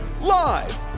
Live